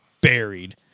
buried